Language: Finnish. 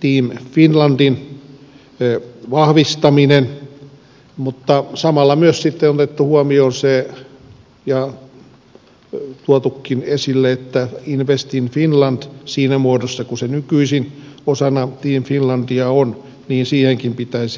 team finlandin vahvistaminen mutta samalla myös on otettu huomioon ja tuotu esillekin se että invest in finlandiinkin siinä muodossa kuin se nykyisin osana team finlandia on pitäisi panostaa